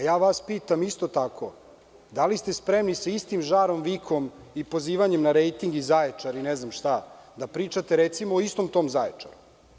Pitam vas isto tako, da li ste spremni sa istim žarom, vikom i pozivanjem na rejting, Zaječar i ne znam šta da pričate o tom istom Zaječaru?